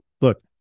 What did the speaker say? Look